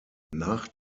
nach